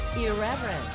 irreverent